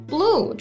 Blue